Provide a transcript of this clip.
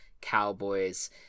Cowboys